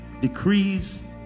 decrees